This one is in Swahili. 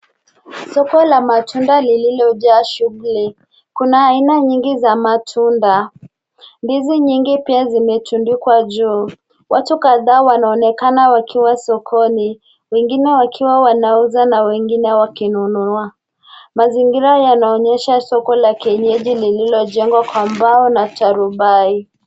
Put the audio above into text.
Soko la matunda liliojaa shughuli. Kuna aina nyingi za matunda. Ndizi nyingi pia zimetundikwa juu. Watu kadhaa wanaonekana wakiwa sokoni, wengine wakiwa wanauza na wengine wakinunua. Mazingira yanaonyesha soko la kienyeji lililojengwa kwa mbao na tarubai.